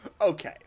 Okay